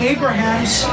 Abraham's